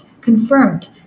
confirmed